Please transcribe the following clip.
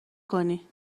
کنی